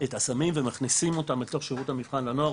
את הסמים ומכניסים אותם אל תוך שירות המבחן לנוער,